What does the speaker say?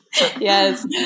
yes